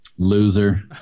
Loser